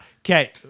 okay